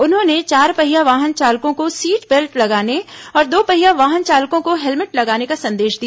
उन्होंने चारपहिया वाहन चालकों को सीट बेल्ट लगाने और दोपहिया वाहन चालकों को हेलमेट लगाने का संदेश दिया